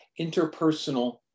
interpersonal